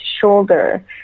shoulder